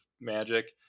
Magic